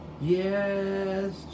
Yes